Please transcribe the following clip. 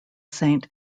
saint